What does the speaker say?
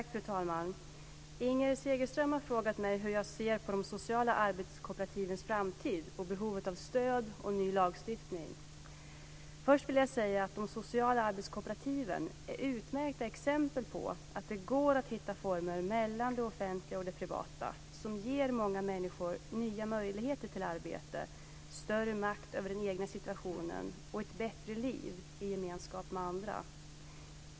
Fru talman! Inger Segelström har frågat mig hur jag ser på de sociala arbetskooperativens framtid och behovet av stöd och ny lagstiftning. Först vill jag säga att de sociala arbetskooperativen är utmärkta exempel på att det går att hitta former mellan det offentliga och det privata som ger många människor nya möjligheter till arbete, större makt över den egna situationen och ett bättre liv i gemenskap med andra.